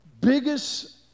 biggest